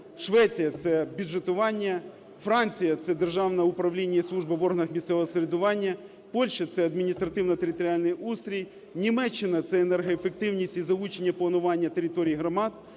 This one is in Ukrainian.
Швеція – це бюджетування, Франція – це державне управління і служба в органах місцевого самоврядування, Польща – це адміністративно-територіальний устрій, Німеччина – це енергоефективність і залучення планування територій громад.